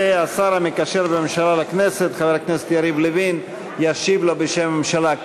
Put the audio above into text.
והשר המקשר בין הממשלה לכנסת חבר הכנסת יריב לוין ישיב לו בשם הממשלה.